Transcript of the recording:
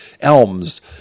elms